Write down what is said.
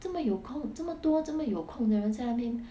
这么有空这么多这么有空的人在那边